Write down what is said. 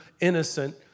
innocent